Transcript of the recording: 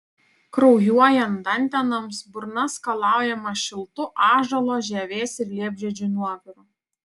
kraujuojant dantenoms burna skalaujama šiltu ąžuolo žievės ir liepžiedžių nuoviru